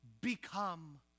become